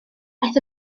aeth